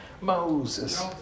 Moses